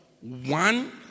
one